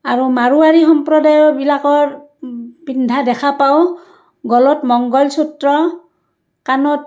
আৰু মাৰোৱাৰী সম্প্ৰদায়ৰবিলাকৰ পিন্ধা দেখা পাওঁ গলত মংগলসূত্ৰ কাণত